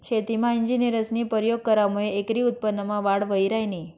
शेतीमा इंजिनियरस्नी परयोग करामुये एकरी उत्पन्नमा वाढ व्हयी ह्रायनी